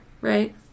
right